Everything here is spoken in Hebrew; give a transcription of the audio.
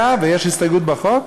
ויש הסתייגות בחוק,